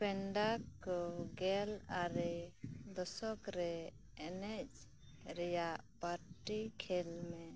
ᱯᱮᱱᱰᱟ ᱠᱚ ᱜᱮᱞ ᱟᱨᱮ ᱫᱚᱥᱚᱠ ᱨᱮ ᱮᱱᱮᱡ ᱨᱮᱭᱟᱜ ᱯᱟᱨᱴᱤ ᱠᱷᱮᱞ ᱢᱮ